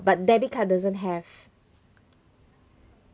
but debit card doesn't have